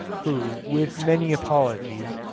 who, with many apologies,